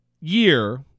year